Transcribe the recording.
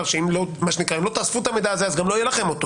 שאם לא תאספו את המידע הזה גם לא יהיה לכם אותו